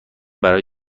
برای